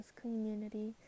community